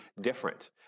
different